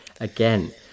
again